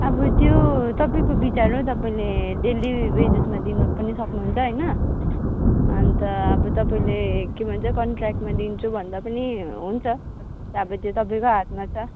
अब त्यो तपाईँको विचार हो तपाईँले डेल्ली वेजेसमा दिनु पनि सक्नुहुन्छ होइन अन्त अब तपाईँले के भन्छ कन्ट्रयाकमा दिन्छु भन्दा पनि हुन्छ अब त्यो तपाईँको हातमा छ